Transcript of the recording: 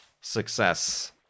success